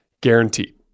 guaranteed